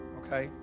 okay